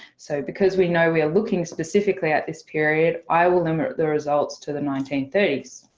so because we know we are looking specifically at this period, i will limit the results to the nineteen thirty s.